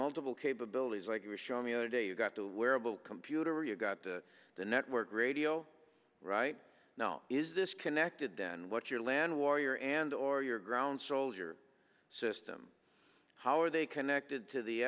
multiple capabilities like you're showing the other day you've got to wearable computer you've got the network radio right now is this connected then what your lan warrior and or your ground soldier system how are they connected to the